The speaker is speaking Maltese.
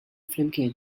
flimkien